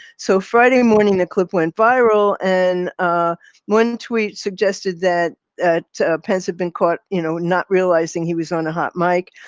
so friday morning, a clip went viral and one tweet suggested that that pence had been caught, you know, not realizing he was on a hot mic.